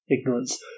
ignorance